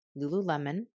Lululemon